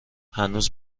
هنوز